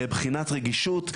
בחינת רגישות,